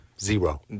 Zero